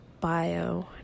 bio